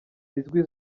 zizwi